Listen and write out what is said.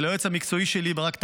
וליועץ המקצועי שלי ברק טייכמן,